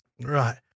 Right